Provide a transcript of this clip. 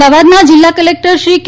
અમદાવાદના જિલ્લા કલેક્ટર શ્રી કે